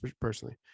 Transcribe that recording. personally